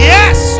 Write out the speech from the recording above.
Yes